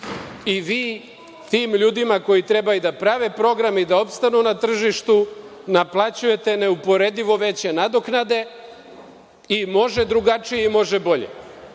i vi tim ljudima koji treba i da prave program i da opstanu na tržištu naplaćujete neuporedivo veće nadoknade i može drugačije i može bolje. Da